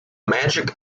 magic